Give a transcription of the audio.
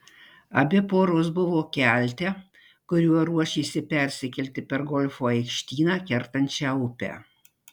abi poros buvo kelte kuriuo ruošėsi persikelti per golfo aikštyną kertančią upę